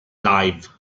live